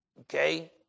Okay